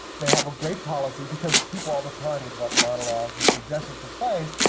they have a great policy, because people all the time would want monologues or suggestions for plays.